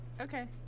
okay